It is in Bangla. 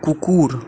কুকুর